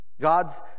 God's